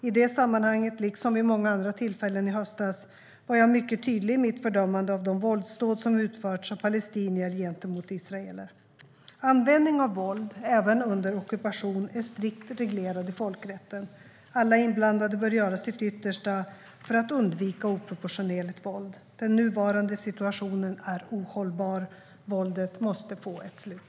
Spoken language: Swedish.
I det sammanhanget, liksom vid många andra tillfällen i höstas, var jag mycket tydlig i mitt fördömande av de våldsdåd som utförts av palestinier gentemot israeler. Användning av våld, även under ockupation, är strikt reglerat i folkrätten. Alla inblandade bör göra sitt yttersta för att undvika oproportionerligt våld. Den nuvarande situationen är ohållbar. Våldet måste få ett slut.